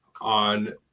on